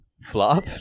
Flop